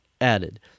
added